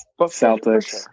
Celtics